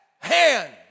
Hand